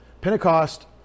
Pentecost